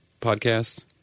Podcasts